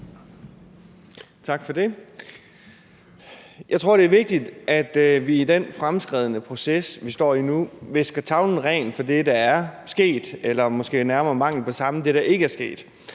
Tak for det. Jeg tror, det er vigtigt, at vi i den fremskredne proces, vi står i nu, visker tavlen ren for det, der er sket – eller måske nærmere manglen på samme, altså det, der ikke er sket